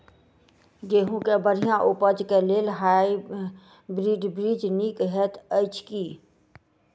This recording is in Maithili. गेंहूँ केँ बढ़िया उपज केँ लेल हाइब्रिड बीज नीक हएत अछि की?